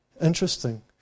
Interesting